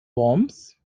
worms